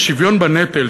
של שוויון בנטל,